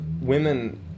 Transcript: Women